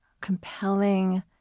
compelling